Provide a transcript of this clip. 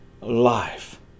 life